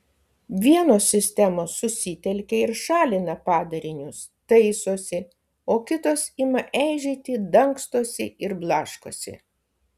vienos sistemos susitelkia ir šalina padarinius taisosi o kitos ima eižėti dangstosi ir blaškosi